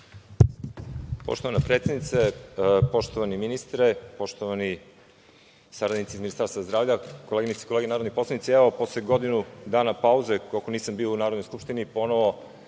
Poštovana predsednice, poštovani ministre, poštovani saradnici iz Ministarstva zdravlja, koleginice i kolege narodni poslanici, evo posle godinu dana pauze, koliko nisam bio u Narodnoj skupštini, ponovo